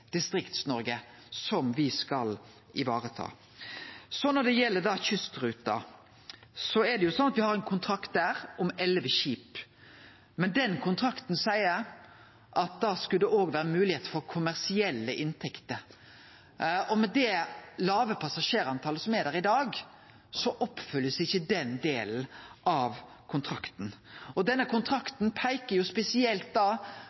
som me skal vareta. Når det gjeld kystruta, har me ein kontrakt der om 11 skip, men den kontrakten seier at da skal det òg vere moglegheiter for kommersielle inntekter. Med det låge passasjertalet som er i dag, blir ikkje den delen av kontrakten oppfylt. Denne